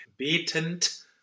Betend